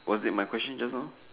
was it my question just now